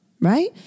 right